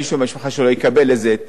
יקבל איזה תירס פג תוקף,